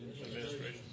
Administration